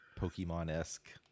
pokemon-esque